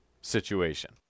situation